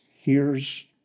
hears